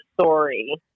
story